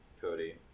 Cody